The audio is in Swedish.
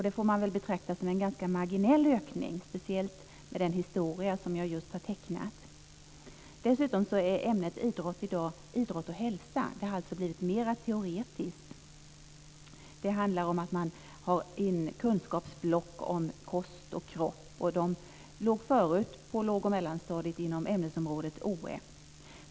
Det får man väl betrakta som en ganska marginell ökning, speciellt med den historia som jag just har tecknat. Dessutom heter ämnet idrott i dag idrott och hälsa. Det har alltså blivit mer teoretiskt. Det handlar om att man har tagit in kunskapsblock om kost och kropp. De låg förut på låg och mellanstadiet inom ämnesområdet oä.